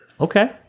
Okay